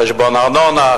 חשבון ארנונה,